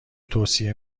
توصیه